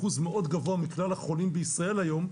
אחוז מאוד גבוה מכלל החולים בישראל היום,